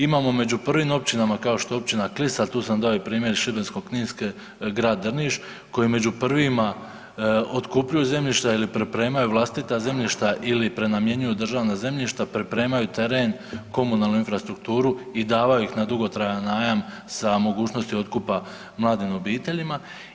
Imamo među prvim općinama kao što je općina Klis, a tu sam dao i primjer iz Šibensko-kninske grad Drniš koji među prvima otkupljuju zemljišta ili pripremaju vlastita zemljišta ili prenamijenjuju državna zemljišta, pripremaju teren, komunalnu infrastrukturu i davaju ih na dugotrajan najam sa mogućnosti otkupa mladim obiteljima.